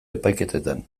epaiketetan